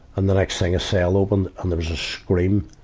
and the next thing, a cell opened, and there was a scream.